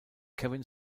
kevin